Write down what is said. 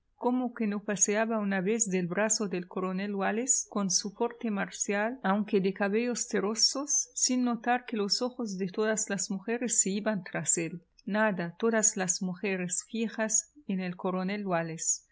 como que no paseaba una vez del brazo del coronel wallis con su porte marcial aunque de cabellos terrosos sin notar que los ojos de todas las mujeres se iban tras él nada todas las mujeres fijas en el coronel